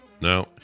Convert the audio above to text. no